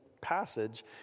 passage